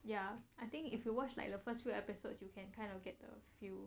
ya I think if you watch like the first few episodes you can kind of get the feel